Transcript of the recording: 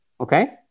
okay